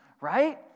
right